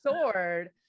sword